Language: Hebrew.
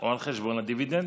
או על חשבון הדיבידנדים.